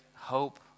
hope